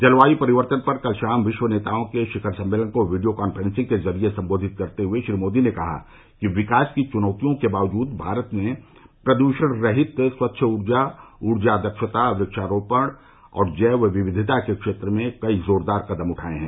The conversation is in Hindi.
जलवायू परिवर्तन पर कल शाम विश्व नेताओं के शिखर सम्मेलन को वीडियो काफ्रेंसिंग के जरिये संबोधित करते हुए श्री मोदी ने कहा कि विकास की चुनौतियों के बावजूद भारत ने प्रदूषण रहित स्वच्छ ऊर्जा ऊर्जा दक्षता वक्षारोपण और जैव विविधता के क्षेत्र में कई जोरदार कदम उठाए हैं